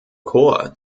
korps